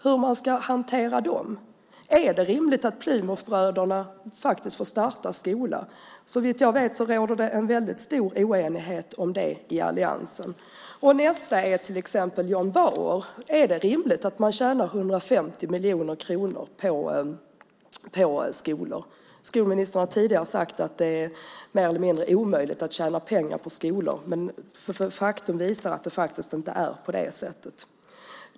Hur ska man hantera dem? Är det rimligt att Plymouthbröderna faktiskt får starta skola? Såvitt jag vet råder det en väldigt stor oenighet om det i alliansen. Nästa är till exempel John Bauer. Är det rimligt att man tjänar 150 miljoner kronor på skolor? Skolministern har tidigare sagt att det mer eller mindre är omöjligt att tjäna pengar på skolor. Men faktum visar att det inte är på det viset.